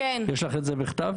יש לך את זה בכתב?